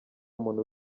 muntu